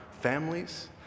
families